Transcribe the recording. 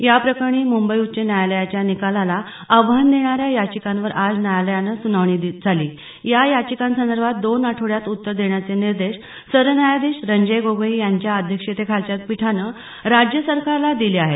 याप्रकरणी मुंबई उच्च न्यायालयाच्या निकालाला आव्हान देणाऱ्या याचिकांवर आज न्यायालयात सुनावणी झाली या याचिकांसंदर्भात दोन आठवड्यात उत्तर देण्याचे निर्देश सरन्यायाधीश रंजन गोगोई यांच्या अध्यक्षतेखालच्या पीठानं राज्य सरकारला दिले आहेत